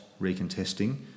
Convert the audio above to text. recontesting